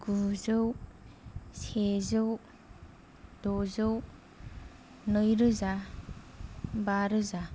गुजौ सेजौ दजौ नैरोजा बारोजा